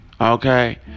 Okay